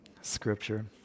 scripture